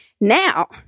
Now